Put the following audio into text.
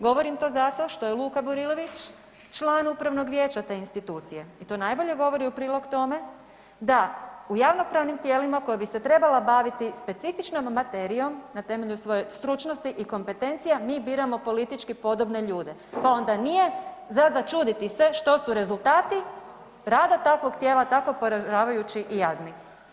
Govorim to zato što je Luka Burilović član upravnog vijeća te institucije i to najbolje govori u prilog tome da u javnopravnim tijelima koja bi se trebala baviti specifičnom materijom na temelju svoje stručnosti i kompetencija mi biramo politički podobne ljude, pa onda nije za začuditi se što su rezultati rada takvog tijela tako poražavajući i jadni.